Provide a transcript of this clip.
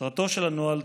מטרתו של הנוהל,